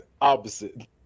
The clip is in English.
opposite